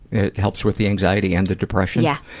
it helps with the anxiety and the depression? yeah.